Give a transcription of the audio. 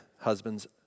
husbands